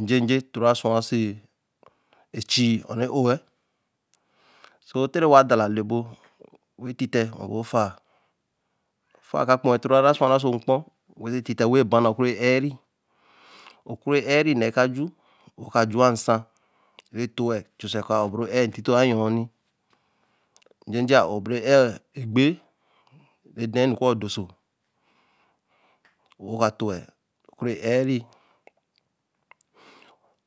n̄j̄ej̄e to ra su wa ōso chū soō te re wa da la lor ebot, wen titte lor bo faā, faa ka beneven to ra ra su wa ra ia ō so nkpn wen se ti tte, wen bana oku re ēar re n̄na ka ju, o ka ju wa nsan, e to wal chw sara kōo a ww bere ēe tito yon nn̄e nj̄eje e ra boru ēar eppe re daā nu ku doso, waka tōo wa-l o ku re ēar re,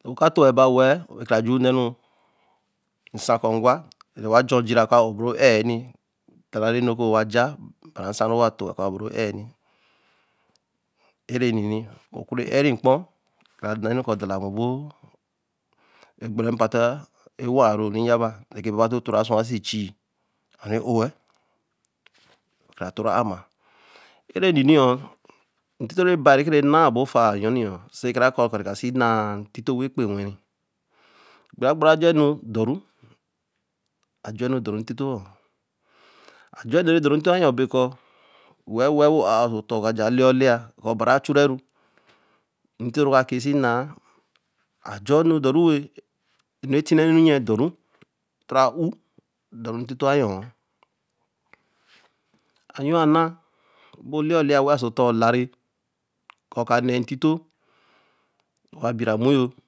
o ka toō we-l we-l-, wen ka ra ju nn̄e ru nsan koō ngwa, re wa jo jira ku a o r bo ru ēar n̄ni labi enu ru wa j̄a be re nsan ro wa tōo we-l ku a-o ere ninni o ku re ēar re npki-ka ra nn̄e ru ku dalawen no egbere pa ta ewa rool re ja be, re ke ba ba too to ra suwa oso chii, ho re ō we-l kara tora ēar ma, ēe re re n̄ni ntito ra bai rekere n̄na ntito wen be wen re, egbere ajor nu dor ru, ajar nudor ru ntito yoō, ānu ra dor ru ntitoō be ku we-l we-l woāa ēar so otor oka ja si leyaā olēe yea ku obari a chune ru re ntito ro kaā kēe be nn̄a ā jor nu dor wey, ēnu re ti n̄ne nu re ēar dor ru, o toro i u o dor ru ntito yoo a yo-na, bo leya olēeyea wen āer so oton, kōo ka n̄ne ntito ka bi ra moyōo